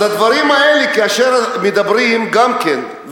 אז הדברים האלה כאשר מדברים גם כן,